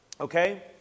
okay